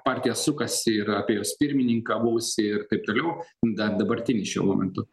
partiją sukasi ir apie jos pirmininką buvusį ir taip toliau da dabartinį šiuo momentu